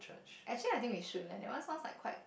actually I think we should leh that one sounds like quite